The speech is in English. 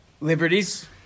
liberties –